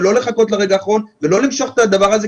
ולא לחכות לרגע האחרון ולא למשוך את הדבר הזה,